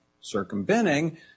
circumventing